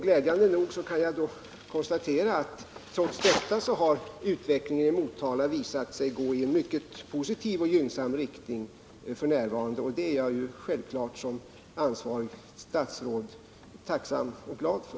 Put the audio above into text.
Glädjande nog kan jag konstatera att trots detta har utvecklingen i Motala visat sig gå i en mycket positiv och gynnsam riktning f.n. Det är jag som ansvarigt statsråd självfallet tacksam och glad för.